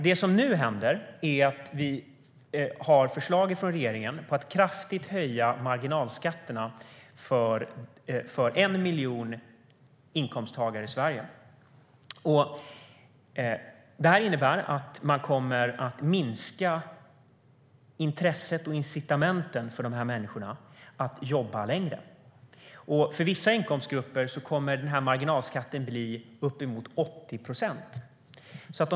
Regeringen föreslår nu kraftigt höjda marginalskatter för 1 miljon inkomsttagare i Sverige. Det innebär att man kommer att minska intresset och incitamenten för dessa människor att jobba längre. För vissa inkomstgrupper kommer marginalskatten att bli uppemot 80 procent.